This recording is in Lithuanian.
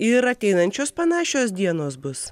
ir ateinančios panašios dienos bus